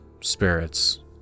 spirits